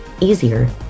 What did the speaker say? easier